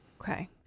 Okay